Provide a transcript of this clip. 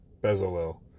Bezalel